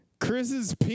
Chris's